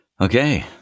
Okay